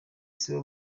sibo